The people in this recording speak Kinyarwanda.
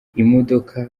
imodoka